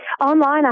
Online